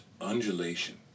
Undulation